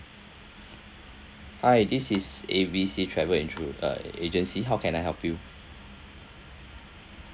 hi this is A_B_C travel uh agency how can I help you